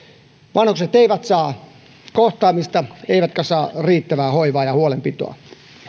vanhukset eivät saa kohtaamista eivätkä saa riittävää hoivaa ja huolenpitoa